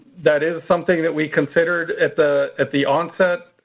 that is something that we considered at the at the onset.